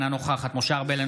אינה נוכחת משה ארבל,